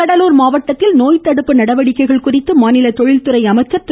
சம்பத் கடலூர் மாவட்டத்தில் நோய் தடுப்பு நடவடிக்கைகள் குறித்து மாநில தொழில்துறை அமைச்சர் திரு